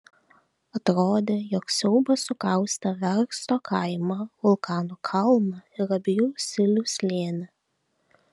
atrodė jog siaubas sukaustė versto kaimą vulkano kalną ir abiejų silių slėnį